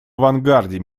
авангарде